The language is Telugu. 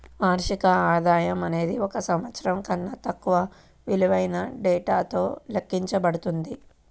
వార్షిక ఆదాయం అనేది ఒక సంవత్సరం కన్నా తక్కువ విలువైన డేటాతో లెక్కించబడుతుంది